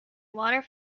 water